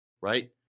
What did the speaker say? right